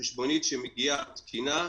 חשבונית שמגיעה תקינה,